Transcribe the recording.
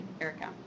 Erica